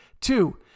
Two